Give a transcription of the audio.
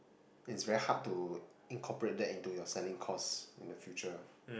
it's very hard to incorporate that into your selling cost in the future